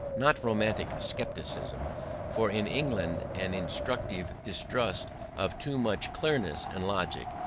not romantic scepticism for in england an instinctive distrust of too much clearness and logic,